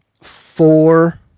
four